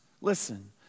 Listen